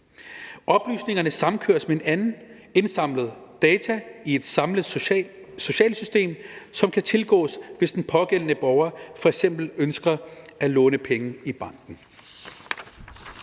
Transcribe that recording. Oplysningerne samkøres med anden indsamlet data i et samlet socialsystem, som kan tilgås, hvis den pågældende borger f.eks. ønsker at låne penge i banken.